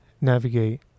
navigate